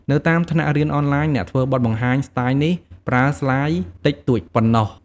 នៅតាមថ្នាក់រៀនអនឡាញ អ្នកធ្វើបទបង្ហាញស្ទាយនេះ ប្រើស្លាយតិចតួចប៉ុណ្ណោះ។